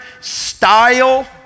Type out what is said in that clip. style